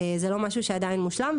זה לא משהו שעדיין מושלם.